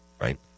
Right